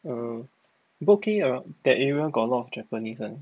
oh boat quay that area got a lot of japanese [one]